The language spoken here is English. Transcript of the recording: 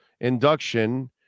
induction